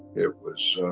it was